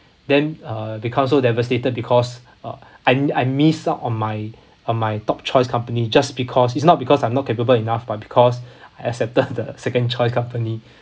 then uh become so devastated because uh I I miss out on my on my top choice company just because it's not because I'm not capable enough but because I accepted the second choice company